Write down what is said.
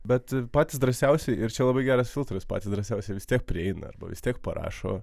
bet patys drąsiausi ir čia labai geras filtras patys drąsiausi vis tiek prieina arba vis tiek parašo